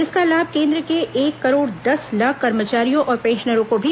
इसका लाभ केन्द्र के एक करोड़ दस लाख कर्मचारियों और पेंशनरों को भी मिलेगा